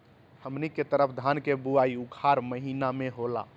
हमनी के तरफ धान के बुवाई उखाड़ महीना में होला